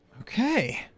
Okay